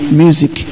music